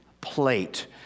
plate